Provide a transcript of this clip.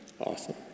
Awesome